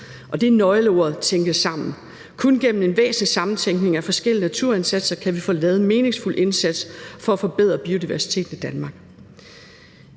er at tænke det sammen. Det er kun gennem en væsentlig samtænkning af forskellige naturindsatser, at vi kan få lavet en meningsfuld indsats for at forbedre biodiversiteten i Danmark.